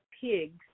Pigs